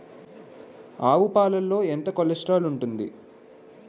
ఆవు పాలలో ఎంత కొలెస్ట్రాల్ ఉంటుంది?